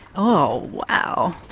oh wow,